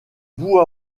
bout